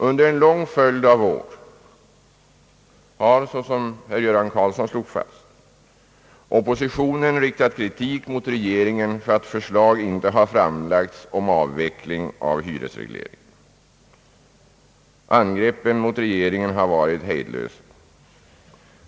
Under en lång följd av år har, såsom herr Göran Karlsson slog fast, oppositionen riktat kritik mot regeringen för att förslag inte har framlagts om avveckling av hyresregleringen. Angreppen mot regeringen har varit hejdlösa.